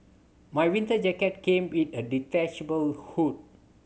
my winter jacket came with a detachable hood